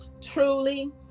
truly